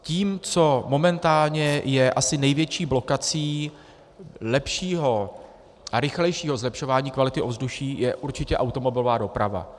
Tím, co momentálně je asi největší blokací lepšího a rychlejšího zlepšování kvality ovzduší, je určitě automobilová doprava.